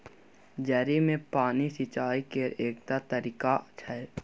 जड़ि मे पानि सिचाई केर एकटा तरीका छै